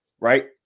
right